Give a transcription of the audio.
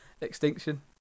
extinction